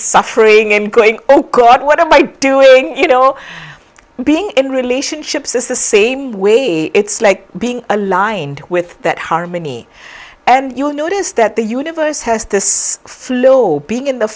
suffering and going oh god what am i doing you know being in relationships is the same way it's like being aligned with that harmony and you'll notice that the universe has this flow all being in the